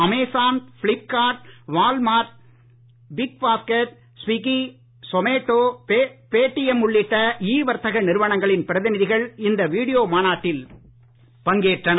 Amazon Flipkart Walmart Big Basket Swiggy Zomato Paytm உள்ளிட்ட இ வர்த்தக நிறுவனங்களின் பிரதிநிதிகள் இந்த வீடியோ மாநாட்டில் பங்கேற்றனர்